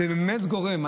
זה באמת גורם.